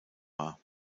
war